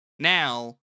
Now